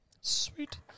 Sweet